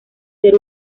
ser